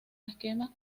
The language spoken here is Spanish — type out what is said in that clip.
esquema